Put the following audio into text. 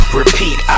repeat